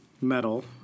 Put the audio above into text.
metal